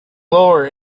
lower